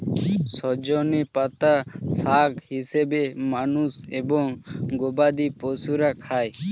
সজনে পাতা শাক হিসেবে মানুষ এবং গবাদি পশুরা খায়